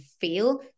feel